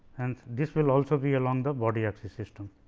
and this will also be along the body axis system.